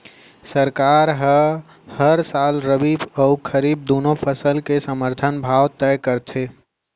सरकार ह हर साल रबि अउ खरीफ दूनो फसल के समरथन भाव तय करथे